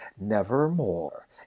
Nevermore